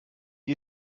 ihr